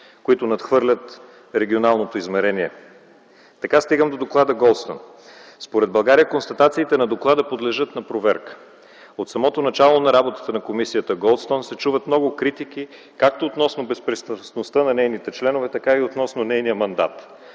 които надхвърлят регионалното измерение. Така стигаме до Доклада „Голдстоун”. Според България, констатациите на доклада подлежат на проверка. От самото начало на работата на Комисията „Голдстоун” се чуват много критики както относно безпристрастността на нейните членове, така и относно нейния мандат.